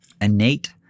innate